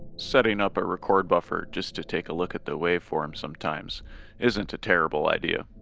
setting up a record buffer just to take a look at the waveform sometimes isn't a terrible idea